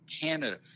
Canada